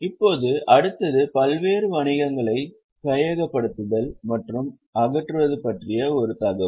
இப்போது அடுத்தது பல்வேறு வணிகங்களை கையகப்படுத்துல் மற்றும் அகற்றுவது பற்றிய ஒரு தகவல்